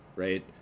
Right